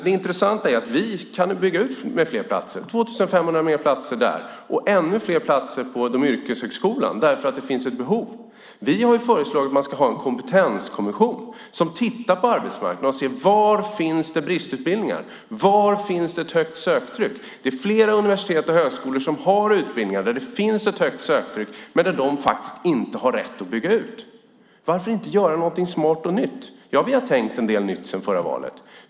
Det intressant är att vi kan bygga ut med flera platser, 2 500 fler platser inom högskolan och ännu fler platser inom yrkeshögskolan därför att det finns ett behov. Vi har föreslagit att man ska ha en kompetenskommission som tittar på arbetsmarknaden och ser var det finns bristutbildningar. Var finns ett högt söktryck? Det är flera universitet och högskolor som har utbildningar där det finns ett högt söktryck men som faktiskt inte har rätt att bygga ut. Varför inte göra någonting smart och nytt? Vi har tänkt en del nytt sedan förra valet.